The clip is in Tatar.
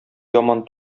яман